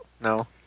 No